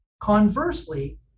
Conversely